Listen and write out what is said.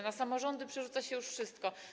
Na samorządy przerzuca się już wszystko.